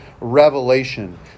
revelation